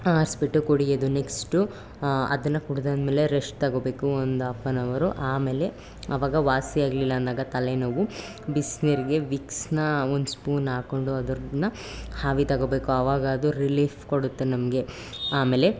ಆರಿಸ್ಬಿಟ್ಟು ಕುಡಿಯೋದು ನೆಕ್ಸ್ಟು ಅದನ್ನು ಕುಡಿದಾದ್ಮೇಲೆ ರೆಸ್ಟ್ ತಗೊಳ್ಬೇಕು ಒಂದು ಆಫ್ ಆ್ಯನ್ ಅವರು ಆಮೇಲೆ ಆವಾಗ ವಾಸಿ ಆಗಲಿಲ್ಲಂದಾಗ ತಲೆನೋವು ಬಿಸಿನೀರಿಗೆ ವಿಕ್ಸ್ನಾ ಒಂದು ಸ್ಪೂನ್ ಹಾಕ್ಕೊಂಡು ಅದ್ರನ್ನು ಆವಿ ತಗೊಳ್ಬೇಕು ಆವಾಗ ಅದು ರಿಲೀಫ್ ಕೊಡುತ್ತೆ ನಮಗೆ ಆಮೇಲೆ